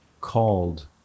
called